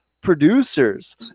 Producers